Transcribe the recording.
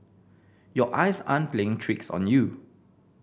your eyes aren't playing tricks on you